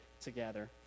Together